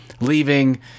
leaving